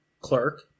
clerk